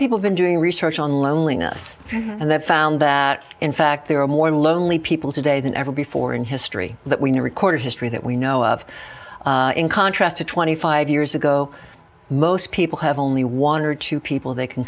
people been doing research on loneliness and that found that in fact there are more lonely people today than ever before in history that we know recorded history that we know of in contrast to twenty five years ago most people have only one or two people they can